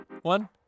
one